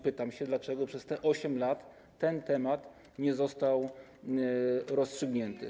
Pytam, dlaczego przez 8 lat ten temat nie został rozstrzygnięty.